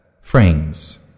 Frames